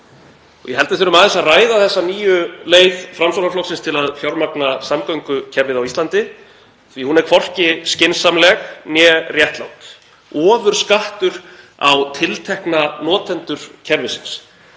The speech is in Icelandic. Ég held við þurfum aðeins að ræða þessa nýju leið Framsóknarflokksins til að fjármagna samgöngukerfið á Íslandi því að hún er hvorki skynsamleg né réttlát. Ofurskattur á tiltekna notendur kerfisins: